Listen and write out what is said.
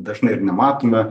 dažnai ir nematome